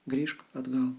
grįžk atgal